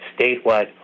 statewide